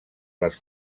les